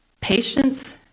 patience